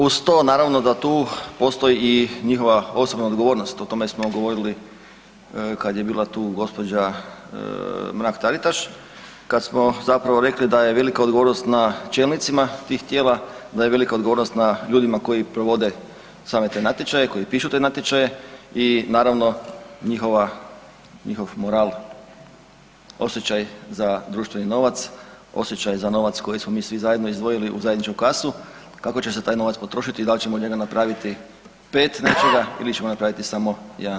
Uz to naravno da tu postoji i njihova osobna odgovornost, o tome smo govorili kad je bila tu gospođa Mrak Taritaš, kad smo zapravo rekli da je velika odgovornost na čelnicima tih tijela, da je velika odgovornost na ljudima koji provode same te natječaje, koji pišu te natječaje i naravno njihova, njihov moral, osjećaj za društveni novac, osjećaj za novac koji smo mi svi zajedno izdvojili u zajedničku kasu kako će se taj novac potrošiti i da li ćemo od njega napraviti 5 nečega ili ćemo napraviti samo 1 nečega.